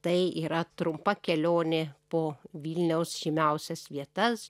tai yra trumpa kelionė po vilniaus žymiausias vietas